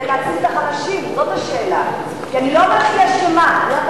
השאלה איפה